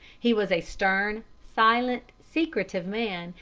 he was a stern, silent, secretive man,